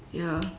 ya